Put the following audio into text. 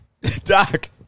Doc